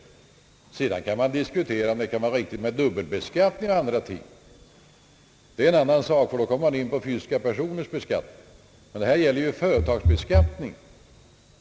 Sedan kan dubbelbeskattning och andra sådana frågor diskuteras, men det är en annan sak eftersom man då kommer in på fysiska personers beskattning. Här gäller det ju företagsbeskattningen.